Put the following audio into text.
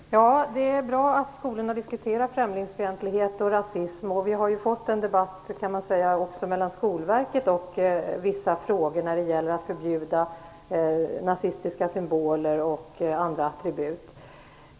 Herr talman! Det är bra att skolorna diskuterar främlingsfientlighet och rasism. Vi har även fått en debatt där Skolverket deltar, t.ex. när det gäller att förbjuda nazistiska symboler och andra attribut.